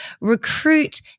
recruit